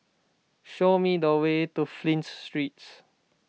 show me the way to Flint Street